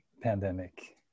pandemic